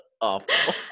Awful